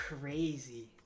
crazy